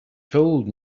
told